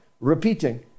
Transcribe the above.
repeating